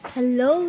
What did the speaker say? Hello